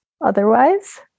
otherwise